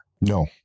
No